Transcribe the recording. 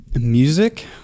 music